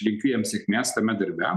linkiu jam sėkmės tame darbe